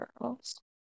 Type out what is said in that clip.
girls